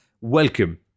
welcome